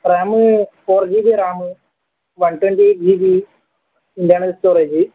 ram four G B ram one twenty G B internal storage